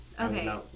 Okay